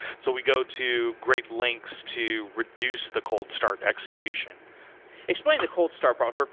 so we go to great lengths to reduce the cold start execution explain the cold start problem,